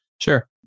Sure